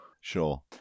Sure